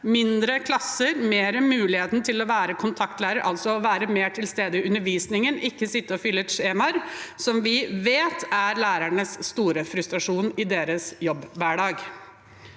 mindre klasser og mer mulighet til å være kontaktlærer, altså å være mer til stede i undervisningen, ikke sitte og fylle ut skjemaer, som vi vet er lærernes store frustrasjon i deres jobbhverdag.